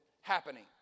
happening